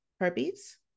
herpes